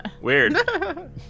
Weird